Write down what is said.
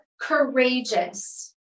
courageous